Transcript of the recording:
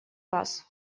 раз